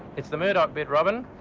it's the murdoch bit robyn,